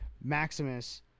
Maximus